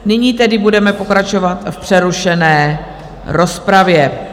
Nyní tedy budeme pokračovat v přerušené rozpravě.